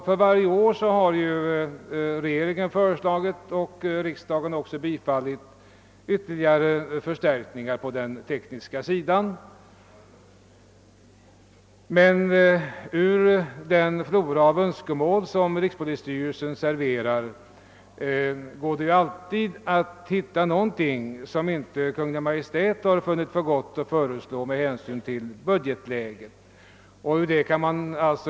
För varje år har regeringen föreslagit och riksdagen också beviljat ytterligare förstärkningar på den tekniska sidan. I den flora av önskemål som rikspolisstyrelsen serverar går det alltid att hitta någonting som Kungl. Maj:t med hänsyn till budgetläget inte funnit för gott att föreslå.